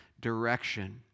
direction